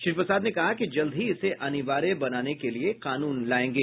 श्री प्रसाद ने कहा कि जल्द ही इसे अनिवार्य बनाने के लिए कानून लाएंगे